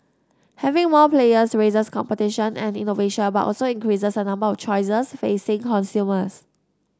having more players raises competition and innovation but also increases the number of choices facing consumers